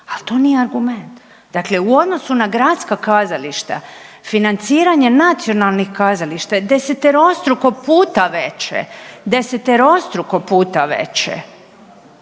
ali to nije argument. Dakle u odnosu na gradska kazališta, financiranje nacionalnih kazališta je deseterostruko puta veće, deseterostruko puta veće.